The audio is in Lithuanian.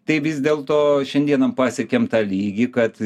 tai vis dėlto šiandien pasiekėm tą lygį kad